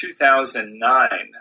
2009